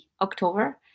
October